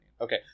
Okay